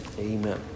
amen